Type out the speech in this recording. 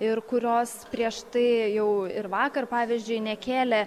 ir kurios prieš tai jau ir vakar pavyzdžiui nekėlė